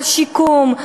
על שיקום,